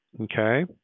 okay